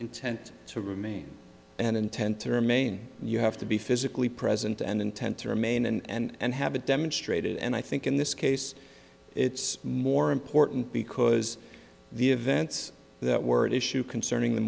intent to remain and intend to remain you have to be physically present and intend to remain and have it demonstrated and i think in this case it's more important because the events that were at issue concerning the